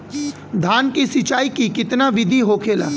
धान की सिंचाई की कितना बिदी होखेला?